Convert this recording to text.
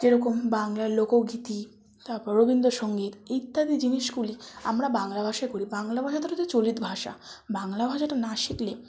যেরকম বাংলার লোকগীতি তারপর রবীন্দ্রসঙ্গীত ইত্যাদি জিনিসগুলি আমরা বাংলা ভাষায় করি বাংলা ভাষাটা চলিত ভাষা বাংলা ভাষাটা না শিখলে